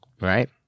Right